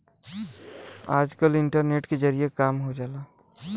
आजकल इन्टरनेट के जरिए काम हो जाला